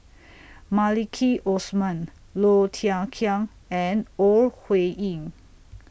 Maliki Osman Low Thia Khiang and Ore Huiying